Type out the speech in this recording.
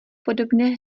podobné